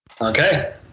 okay